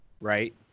right